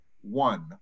one